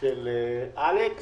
על מנת